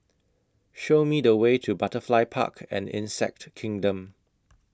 Show Me The Way to Butterfly Park and Insect Kingdom